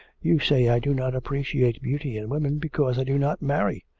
you say i do not appreciate beauty in women because i do not marry.